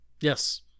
Yes